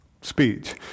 speech